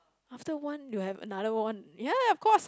after one you will have another one ya of course